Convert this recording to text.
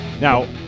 Now